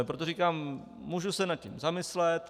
Proto říkám, můžu se nad tím zamyslet.